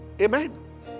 Amen